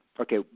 Okay